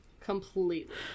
Completely